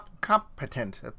competent